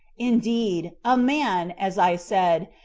indeed, a man, as i said,